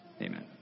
Amen